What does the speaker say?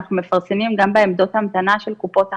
אנחנו גם מפרסמים בעמדות ההמתנה של קופות החולים,